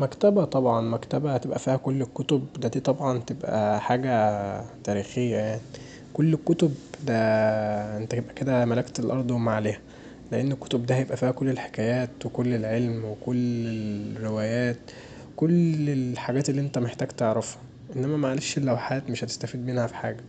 مكتبة طبعا، مكتبة دي هتبقي فيها كل الكتب دا دي طبعا هتبقي حاجه تاريخيه يعني، كل الكتب دا يبقي انت كدا ملكت الارض وكل ما عليها لان الكتب دي هيبقي فيها كل الحكايات وكل العلم وكل الروايات، كل الحاجات اللي انت محتاج تعرفها انما معلش اللوحات مش هتستفي منها في حاجه